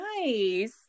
Nice